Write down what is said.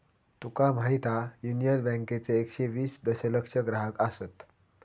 तुका माहीत हा, युनियन बँकेचे एकशे वीस दशलक्ष ग्राहक आसत